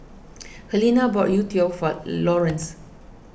Harlene bought Youtiao for Lawrence